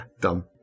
dumb